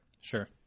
Sure